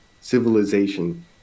civilization